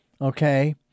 okay